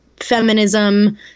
feminism